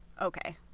okay